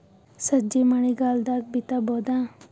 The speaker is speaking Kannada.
ಸಜ್ಜಿ ಮಳಿಗಾಲ್ ದಾಗ್ ಬಿತಬೋದ?